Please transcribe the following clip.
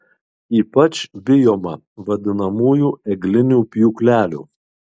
ypač bijoma vadinamųjų eglinių pjūklelių